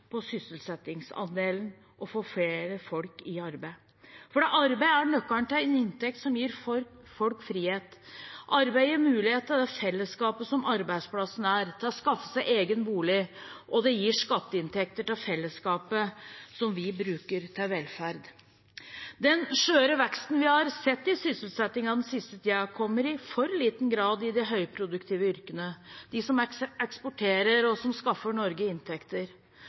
på sysselsettingsandelen og å få flere folk i arbeid. For arbeid er nøkkelen til inntekt, som gir folk frihet. Arbeid gir mulighet til det fellesskapet som arbeidsplassen er, og til å skaffe seg egen bolig, og det gir skatteinntekter til fellesskapet, som vi bruker til velferd. Den skjøre veksten vi har sett i sysselsettingen den siste tiden, kommer i for liten grad i de høyproduktive yrkene, de som eksporterer, og som skaffer Norge inntekter.